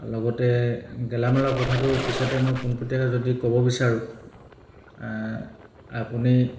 লগতে গেলামালৰ কথাটোৰ পিছতে মই পোনপতীয়াকৈ যদি ক'ব বিচাৰোঁ এ আপুনি